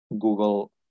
Google